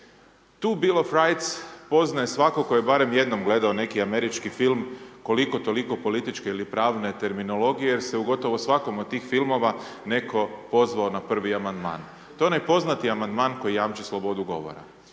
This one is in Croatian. tu Bill of rights poznaje svako ko je barem jednom gledao neki američki film koliko toliko političke ili pravne terminologije jer se u gotovo svakom od tih filmova neko pozvao na prvi amandman. To je onaj poznati amandman koji jamči slobodu govora.